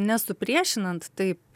nesupriešinant taip